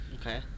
Okay